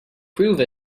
prove